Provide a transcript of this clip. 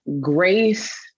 Grace